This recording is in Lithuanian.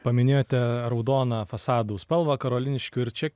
paminėjote raudoną fasadų spalvą karoliniškių ir čia